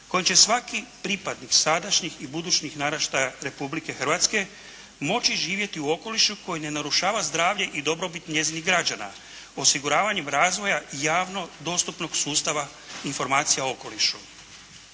kojem će svaki pripadnik sadašnjih i budućih naraštaja Republike Hrvatske moći živjeti u okolišu koji ne narušava zdravlje i dobrobit njezinih građana osiguravanjem razvoja javno dostupnog sustava informacija o okolišu.